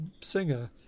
singer